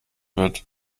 wird